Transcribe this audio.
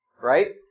right